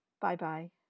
Bye-bye